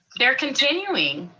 they're continuing.